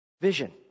Vision